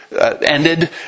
Ended